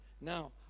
Now